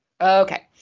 Okay